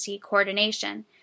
coordination